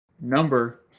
number